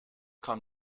kam